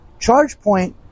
ChargePoint